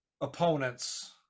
opponents